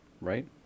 Right